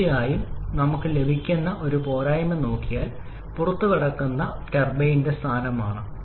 തീർച്ചയായും നമുക്കും ലഭിക്കുന്ന ഒരു പോരായ്മ നോക്കിയാൽ പുറത്തുകടക്കുമ്പോൾ ടർബൈൻ സ്ഥാനം ആണ്